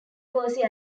percy